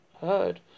heard